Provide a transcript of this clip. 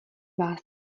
vás